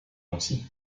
nancy